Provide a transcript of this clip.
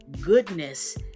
goodness